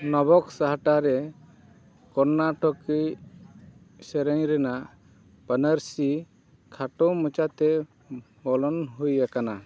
ᱱᱚᱵᱚᱠ ᱥᱟᱦᱟᱴᱟ ᱨᱮ ᱠᱚᱨᱱᱟᱴᱚᱠᱤ ᱥᱮᱨᱮᱧ ᱨᱮᱱᱟᱜ ᱯᱟᱱᱟᱨᱥᱤ ᱠᱷᱟᱴᱚ ᱢᱟᱪᱷᱟ ᱛᱮ ᱵᱚᱞᱚᱱ ᱦᱩᱭ ᱟᱠᱟᱱᱟ